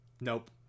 Nope